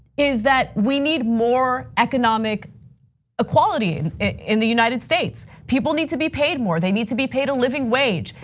is that we need more economic equality in the united states. people need to be paid more, they need to be paid a living wage.